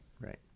right